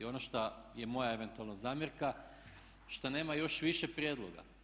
Ono šta je moja eventualno zamjerka šta nema još više prijedloga.